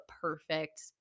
perfect